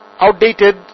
outdated